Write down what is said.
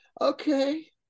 Okay